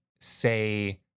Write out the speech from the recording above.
say